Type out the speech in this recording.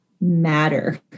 matter